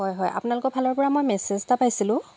হয় হয় আপোনালোকৰ ফালৰপৰা মই মেচেজ এটা পাইছিলোঁ